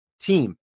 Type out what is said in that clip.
team